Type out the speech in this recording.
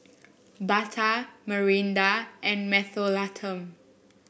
Bata Mirinda and Mentholatum